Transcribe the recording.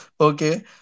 okay